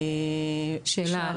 שאלה,